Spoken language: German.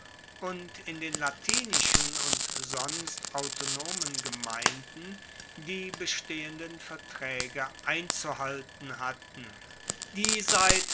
und in den latinischen und sonst autonomen gemeinden die bestehenden vertraege einzuhalten hatten die seit